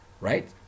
right